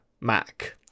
Mac